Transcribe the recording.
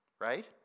right